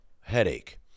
headache